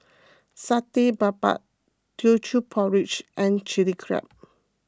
Satay Babat Teochew Porridge and Chili Crab